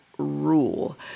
Rule